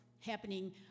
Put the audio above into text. happening